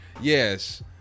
yes